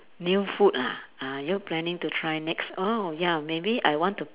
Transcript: new food ah are you planning to try next oh ya maybe I want to